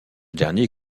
dernier